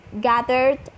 gathered